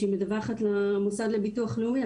בשלב שבו היא מדווחת למוסד לביטוח לאומי,